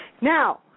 Now